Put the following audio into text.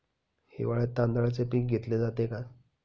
हिवाळ्यात तांदळाचे पीक घेतले जाते का?